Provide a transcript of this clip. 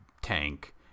tank